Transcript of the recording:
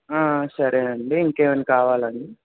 సరే అండి ఇంకేమైనా కావాలా అండి